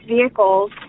vehicles